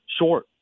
short